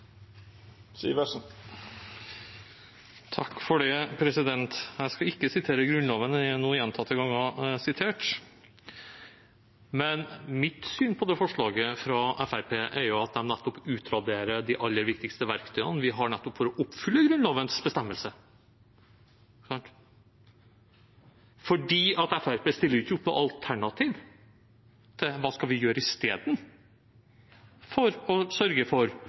Jeg skal ikke sitere Grunnloven, den er nå gjentatte ganger sitert, men mitt syn på forslaget fra Fremskrittspartiet er at de utraderer de aller viktigste verktøyene vi har for nettopp å oppfylle Grunnlovens bestemmelser. Fremskrittspartiet stiller ikke opp noe alternativ til hva vi skal gjøre istedenfor å sørge for – som vi har et ansvar for,